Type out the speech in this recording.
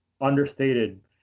understated